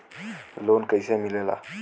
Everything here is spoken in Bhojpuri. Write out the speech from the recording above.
लोन कईसे मिलेला?